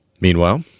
Meanwhile